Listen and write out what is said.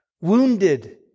wounded